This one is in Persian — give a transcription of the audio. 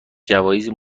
جوایزی